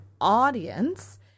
audience